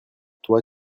toi